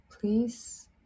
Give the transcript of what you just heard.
please